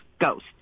ghost